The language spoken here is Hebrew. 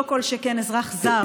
לא כל שכן אדם זר.